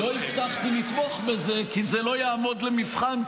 לא הבטחתי לתמוך בזה כי זה לא יעמוד למבחן,